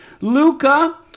luca